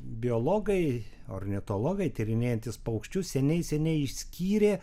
biologai ornitologai tyrinėjantis paukščius seniai seniai išskyrė